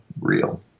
real